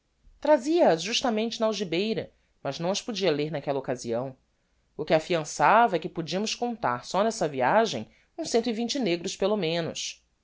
trazia as justamente na algibeira mas não as podia ler naquella occasião o que afiançava é que podiamos contar só nessa viagem uns cento e vinte negros pelo menos